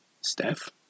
Steph